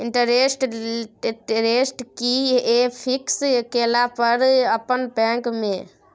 Interest rate कि ये fix केला पर अपन बैंक में?